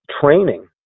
training